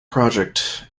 project